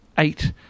eight